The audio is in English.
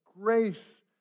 grace